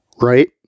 Right